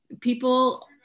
people